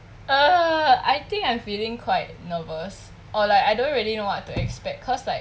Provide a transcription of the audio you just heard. err I think I'm feeling quite nervous or like I don't really know what to expect cause like